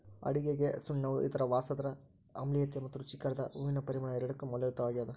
ಅಡುಗೆಗಸುಣ್ಣವು ಅದರ ರಸದ ಆಮ್ಲೀಯತೆ ಮತ್ತು ರುಚಿಕಾರಕದ ಹೂವಿನ ಪರಿಮಳ ಎರಡಕ್ಕೂ ಮೌಲ್ಯಯುತವಾಗ್ಯದ